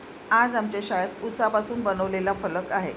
आज आमच्या शाळेत उसापासून बनवलेला फलक आहे